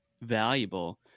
valuable